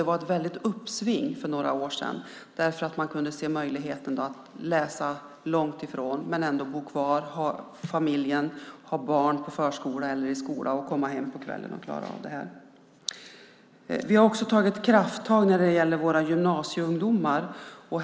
För några år sedan var det ett uppsving därför att man såg möjligheten att läsa långt borta men ändå bo kvar, ha barn i förskola eller skola och komma hem till familjen på kvällen. Vi har också tagit krafttag när det gäller våra gymnasieungdomar.